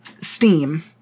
Steam